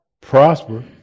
prosper